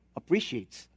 appreciates